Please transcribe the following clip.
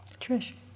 Trish